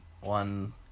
one